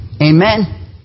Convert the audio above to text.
Amen